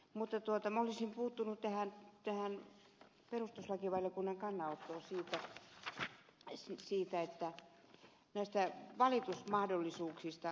mutta minä olisin puuttunut tähän perustuslakivaliokunnan kannanottoon näistä valitusmahdollisuuksista